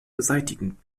beseitigen